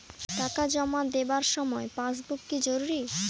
টাকা জমা দেবার সময় পাসবুক কি জরুরি?